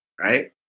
right